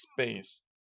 space